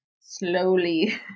slowly